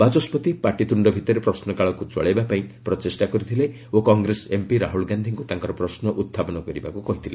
ବାଚସ୍କତି ପାଟିତ୍ୟୁଷ୍ଠ ଭିତରେ ପ୍ରଶ୍ରକାଳକୁ ଚଳାଇବା ପାଇଁ ପ୍ରଚେଷ୍ଟା କରିଥିଲେ ଓ କଂଗ୍ରେସ ଏମ୍ପି ରାହ୍ରଲ ଗାନ୍ଧିଙ୍କୁ ତାଙ୍କର ପ୍ରଶ୍ନ ଉତ୍ଥାପନ କରିବାକୁ କହିଥିଲେ